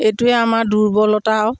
এইটোৱে আমাৰ দুৰ্বলতা আৰু